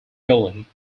guilty